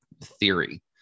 theory